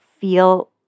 feel